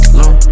low